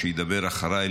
שידבר אחריי,